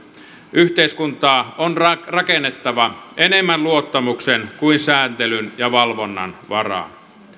yhteiskuntaa on rakennettava enemmän luottamuksen kuin sääntelyn ja valvonnan varaan